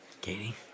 Katie